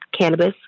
Cannabis